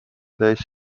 täiesti